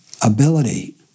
ability